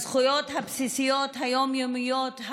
הזכויות הבסיסיות היום-יומיות,